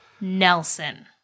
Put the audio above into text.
Nelson